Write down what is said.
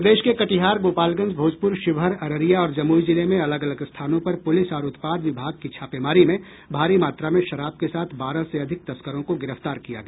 प्रदेश के कटिहार गोपालगंज भोजपुर शिवहर अररिया और जमुई जिले में अलग अलग स्थानों पर पुलिस और उत्पाद विभाग की छापेमारी में भारी मात्रा में शराब के साथ बारह से अधिक तस्करों को गिरफ्तार किया है